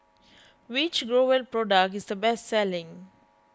which Growell product is the best selling